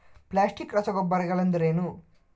Plastic ರಸಗೊಬ್ಬರಗಳೆಂದರೇನು?